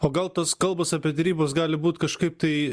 o gal tos kalbos apie derybos gali būt kažkaip tai